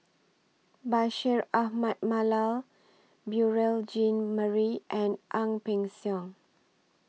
Bashir Ahmad Mallal Beurel Jean Marie and Ang Peng Siong